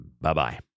Bye-bye